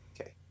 okay